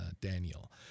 Daniel